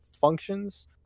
functions